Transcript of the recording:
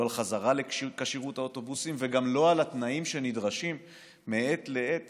לא על החזרה של האוטובוסים לכשירות וגם לא על התנאים שנדרשים מעת לעת